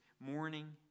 Morning